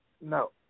No